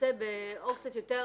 הנושא באור קצת יותר